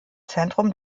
zentrum